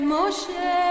Moshe